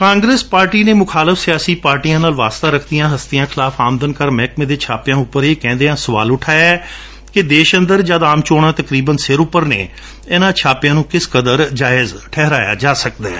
Congress party ਨੇ ਮੁਖਲਾਫ਼ ਸਿਆਸੀ ਪਾਰਟੀਆਂ ਨਾਲ ਵਾਸਤਾ ਰਖਦੀਆਂ ਹਸਤੀਆਂ ਖਿਲਾਫ਼ ਆਮਦਨ ਕਰ ਮਹਿਕਮੇ ਦੇ ਛਾਪਿਆਂ ਉਪਰ ਇਹ ਕਹਿੰਦਿਆਂ ਸਵਾਲ ਉਠਾਇਐ ਕਿ ਦੇਸ਼ ਅੰਦਰ ਜਦ ਆਮ ਚੋਣਾਂ ਤਕਰੀਬਨ ਸਿਰ ਉਪਰ ਨੇ ਇਨਾਂ ਛਾਪਿਆਂ ਨੁੰ ਕਿਸ ਕਦਰ ਜਾਇਜ਼ ਠਹਿਰਾਇਆ ਜਾ ਸਕਦੈ